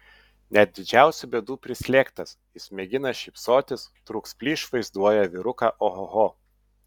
net didžiausių bėdų prislėgtas jis mėgina šypsotis trūks plyš vaizduoja vyruką ohoho